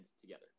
together